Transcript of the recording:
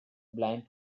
blind